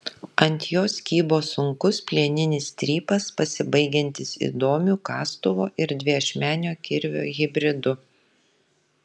ant jos kybo sunkus plieninis strypas pasibaigiantis įdomiu kastuvo ir dviašmenio kirvio hibridu